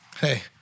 Hey